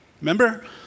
Remember